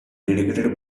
dedicated